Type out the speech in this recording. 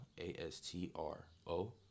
A-S-T-R-O